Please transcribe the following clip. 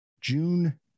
June